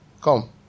Come